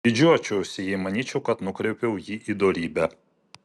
didžiuočiausi jei manyčiau kad nukreipiau jį į dorybę